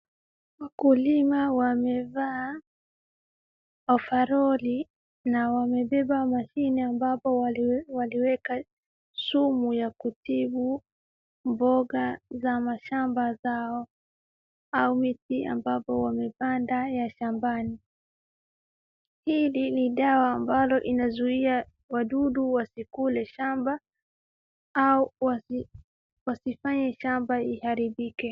Wakulima wamevaa ovaroli na wamebeba mashine ambapo waliweka sumu ya kutibu mboga za mashamba zao au miti ambapo wamepanda ya shambani. Hili ni dawa ambalo inazuia wadudu wasikule shamba au wasifanye shamba iharibike.